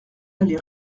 allée